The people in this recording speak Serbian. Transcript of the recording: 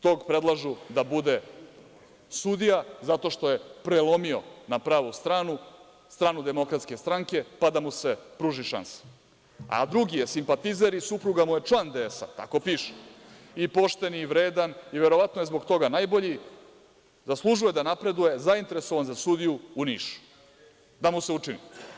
Tog predlažu da bude sudija zato što je prelomio na pravu stranu, stranu DS, pa da mu se pruži šansa, a drugi je simpatizer i supruga mu je član DS, tako piše, i pošten i vredan i verovatno je zbog toga najbolji, zaslužuje da napreduje, zainteresovan za sudiju u Nišu, da mu se učini.